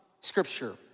Scripture